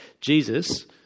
Jesus